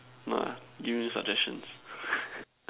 what ah giving you suggestions